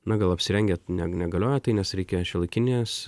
na gal apsirengę ne negalioja tai nes reikia šiuolaikinės